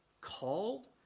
called